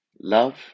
love